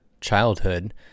childhood